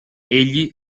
egli